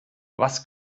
was